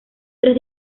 tres